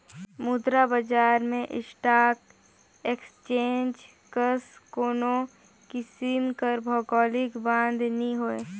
मुद्रा बजार में स्टाक एक्सचेंज कस कोनो किसिम कर भौगौलिक बांधा नी होए